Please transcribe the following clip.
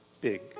big